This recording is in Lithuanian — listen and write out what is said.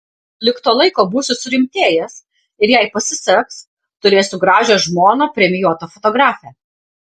lig to laiko būsiu surimtėjęs ir jei pasiseks turėsiu gražią žmoną premijuotą fotografę